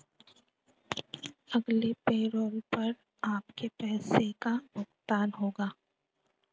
अगले पैरोल पर आपके पैसे का भुगतान होगा